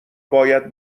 باید